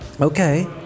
Okay